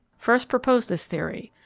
first proposed this theory,